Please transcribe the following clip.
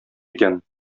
икән